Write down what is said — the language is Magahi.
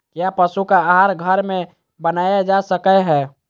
क्या पशु का आहार घर में बनाया जा सकय हैय?